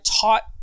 taught